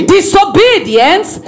disobedience